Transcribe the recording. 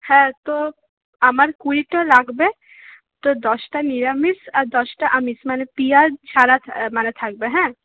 হ্যাঁ তো আমার কুড়িটা লাগবে তো দশটা নিরামিষ আর দশটা আমিষ মানে পিঁয়াজ ছাড়া মানে থাকবে হ্যাঁ